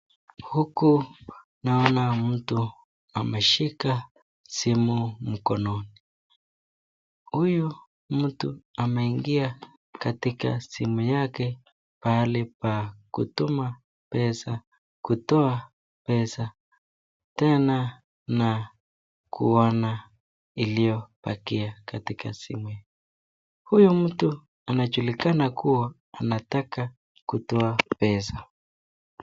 Huku naona mtu ameshika simu mkononi. Huyu mtu ameingia katika simu yake pahali pa kutuma pesa, kutoa pesa tena na kuona iliyobakia katika simu yake. Huyu mtu anajulikana kuwa anataka kutoa pesa.